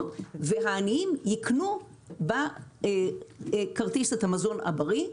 והעניים יקנו בכרטיס את המזון הבריא.